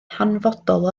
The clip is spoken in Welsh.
hanfodol